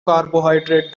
carbohydrate